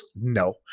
No